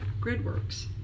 GridWorks